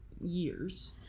years